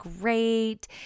great